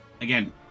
Again